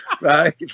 Right